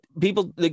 people